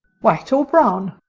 white or brown?